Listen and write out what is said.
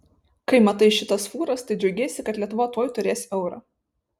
kai matai šitas fūras tai džiaugiesi kad lietuva tuoj turės eurą